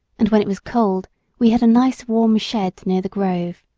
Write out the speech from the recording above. and when it was cold we had a nice warm shed near the grove.